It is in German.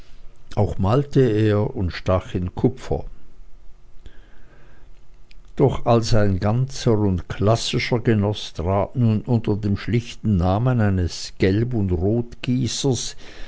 auch malte er und stach in kupfer doch als ein ganzer und klassischer genoß trat nun unter dem schlichten namen eines gelb und rotgießers